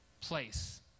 place